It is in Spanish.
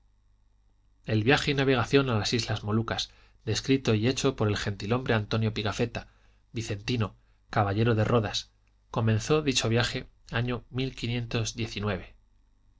extracto viaje y navegación a las islas molucas descrito y hecho por el gentilhombre antonio pigafetta vicentino caballero de rodas comenzó dicho viaje el año